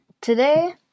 Today